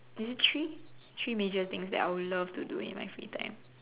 is it three three major things that I would love to do in my free time